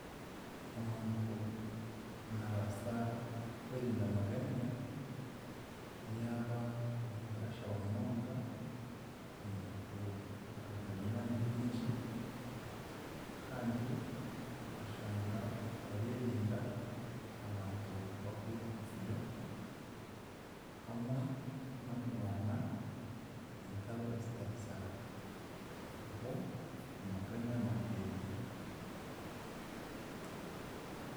Omuntu naabaasa kwerinda amaganya, yaaba omuntu arashaba munonga, omuntu akagira abanywani bingi, kandi okashanga oreerinda abantu bakureeta obuvuyo hamwe n'okugwana entaro ezitari zaawe, aho amaganya noogerinda.